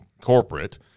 corporate